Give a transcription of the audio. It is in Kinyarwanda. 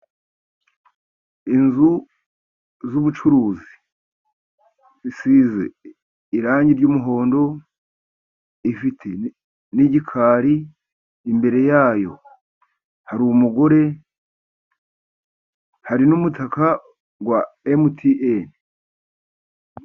Inzu zubucuruzi zisize irangi ry'umuhondo, ifite n'igikari, imbere yayo hari umugore, hari n'umutaka wa MTN.